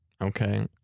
okay